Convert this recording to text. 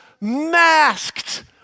masked